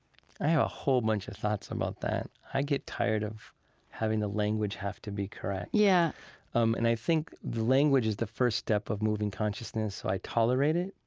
i have a whole bunch of thoughts about that. i get tired of having the language have to be correct yeah um and i think the language is the first step of moving consciousness, so i tolerate it,